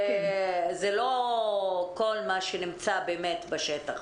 זה לא מה שנמצא באמת בשטח.